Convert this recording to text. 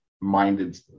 minded